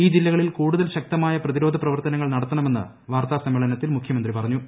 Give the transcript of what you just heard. ഈ ജില്ലകളിൽ കൂടുതൽ ശക്തമായ പ്രതിരോധ പ്രവർത്തനങ്ങൾ നടത്തണമെന്ന് വാർത്താ സമ്മേളനത്തിൽ മുഖ്യമന്ത്രി പറഞ്ഞു